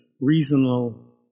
reasonable